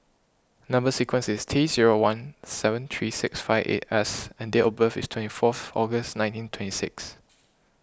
Number Sequence is T zero one seven three six five eight S and date of birth is twenty forth August nineteen twenty six